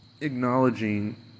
acknowledging